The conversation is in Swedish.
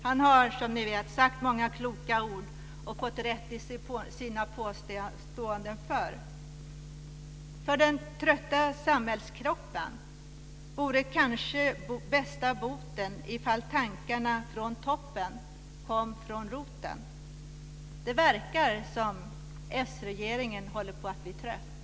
Han har sagt många kloka ord och har fått rätt i sina påståenden. För den trötta samhällskroppen vore kanske bästa boten ifall tankarna från toppen kom från roten. Det verkar som om s-regeringen håller på att bli trött.